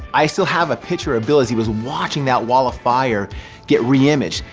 i still have a picture of bill as he was watching that wall of fire get re-imaged.